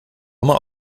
immer